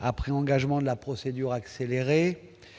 après engagement de la procédure accélérée,